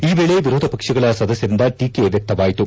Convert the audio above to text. ಈ ವೇಳೆ ವಿರೋಧ ಪಕ್ಷಗಳ ಸದಸ್ಯರಿಂದ ಟೀಕೆ ವ್ಯಕ್ತವಾಯಿತು